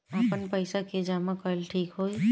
आपन पईसा के जमा कईल ठीक होई?